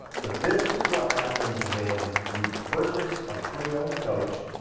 but this is what happens when, you purchase a pre-owned coach,